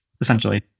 essentially